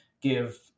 give